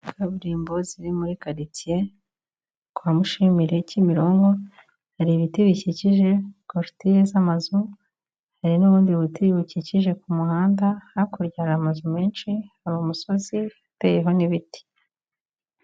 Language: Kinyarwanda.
Kaburimbo ziri muri qaurtier kwa Mushimire Kimironko. Hari ibiti bikikije Clôture z'amazu hari n'ubundi buti bukikije ku muhanda, hakurya hari amazu menshi hari umusozi uteyeho n'ibiti.